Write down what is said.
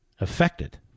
affected